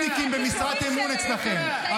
מהליכודניקים במשרת אמון אצלכם.